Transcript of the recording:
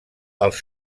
els